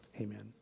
amen